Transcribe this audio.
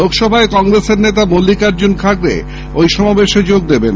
লোকসভায় কংগ্রেসের দলনেতা মল্লিকার্ডুন খাড়গে ওই সমাবেশে যোগ দেবেন